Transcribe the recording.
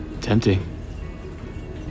Tempting